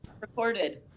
recorded